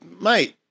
Mate